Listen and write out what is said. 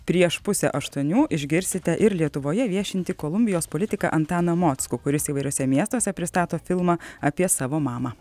prieš pusę aštuonių išgirsite ir lietuvoje viešinti kolumbijos politiką antaną mockų kuris įvairiuose miestuose pristato filmą apie savo mamą